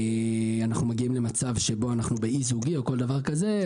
אנחנו מגיעים למצב שבו אנחנו באי זוגי או כל דבר כזה,